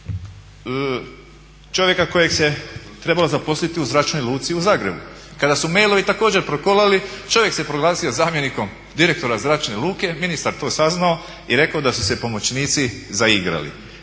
čovjeka kojeg se trebalo zaposliti u Zračnoj luci u Zagrebu kada su mailovi također prokolali. Čovjek se proglasio zamjenikom direktora Zračne luke, ministar to saznao i rekao da su se pomoćnici zaigrali.